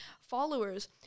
followers